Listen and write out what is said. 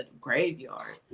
graveyard